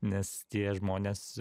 nes tie žmonės